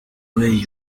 way